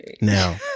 Now